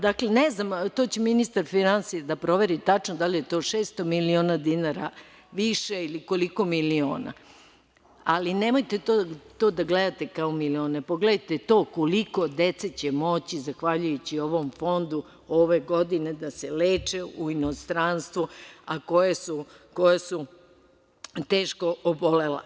Dakle, ne znam, to će ministar finansija da proveri tačno da li je to 600 miliona dinara više ili koliko miliona, ali nemojte to da gledate kao milione, pogledajte koliko dece će moći zahvaljujući ovom fondu ove godine da se leči u inostranstvu, a koja su teško obolela.